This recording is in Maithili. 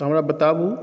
तऽ हमरा बताबू